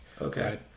Okay